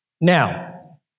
Now